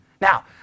Now